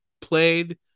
played